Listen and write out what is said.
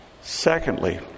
Secondly